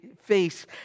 face